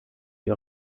die